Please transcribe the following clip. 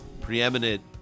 preeminent